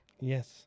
Yes